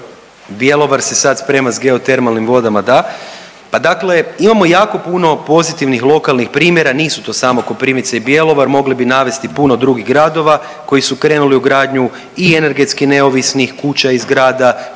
Bjelovar se sad sprema sa geotermalnim vodama da. Pa dakle, imamo jako puno pozitivnih lokalnih primjera. Nisu to samo Koprivnica i Bjelovar. Mogli bi navesti puno drugih gradova koji su krenuli u gradnju i energetski neovisnih kuća i zgrada,